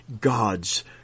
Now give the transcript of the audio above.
God's